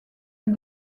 les